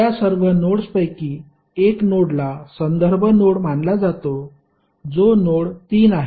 त्या सर्व नोड्सपैकी एक नोडला संदर्भ नोड मानला जातो जो नोड 3 आहे